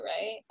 right